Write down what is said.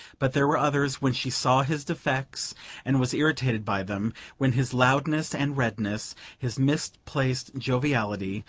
but there were others when she saw his defects and was irritated by them when his loudness and redness, his misplaced joviality,